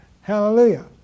Hallelujah